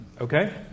Okay